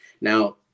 Now